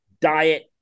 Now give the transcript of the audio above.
diet